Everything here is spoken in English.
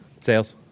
Sales